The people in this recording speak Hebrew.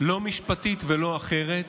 לא משפטית ולא אחרת,